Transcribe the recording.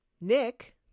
Nick